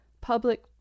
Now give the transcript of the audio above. public